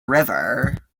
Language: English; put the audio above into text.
river